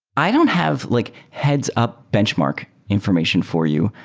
i don't have like heads up benchmark information for you.